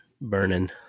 burning